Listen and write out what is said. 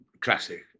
classic